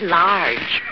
large